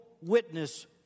witness